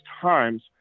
Times